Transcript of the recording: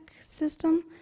system